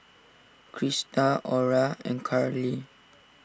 Christa Aura and Carlie